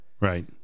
Right